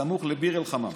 הסמוך לביר אל-חמאם.